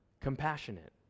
compassionate